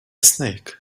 snake